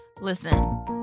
Listen